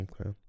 Okay